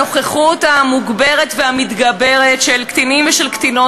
הנוכחות המוגברת והמתגברת של קטינים ושל קטינות